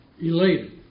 elated